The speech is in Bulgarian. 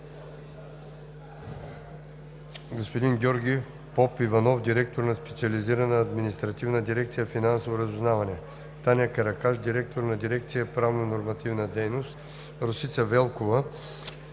господин Георги Попиванов – директор на Специализирана административна дирекция „Финансово разузнаване“, Таня Каракаш – директор на дирекция „Правно нормативна дейност“, Росица Велкова